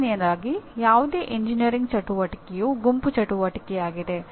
ಮೊದಲನೆಯದಾಗಿ ಯಾವುದೇ ಎಂಜಿನಿಯರಿಂಗ್ ಚಟುವಟಿಕೆಯು ಗುಂಪು ಚಟುವಟಿಕೆಯಾಗಿದೆ